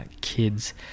kids